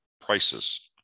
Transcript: prices